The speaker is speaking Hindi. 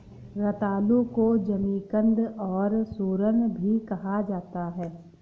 रतालू को जमीकंद और सूरन भी कहा जाता है